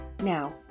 Now